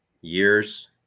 Years